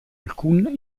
alcun